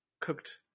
cooked